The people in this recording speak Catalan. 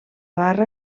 barra